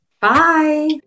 Bye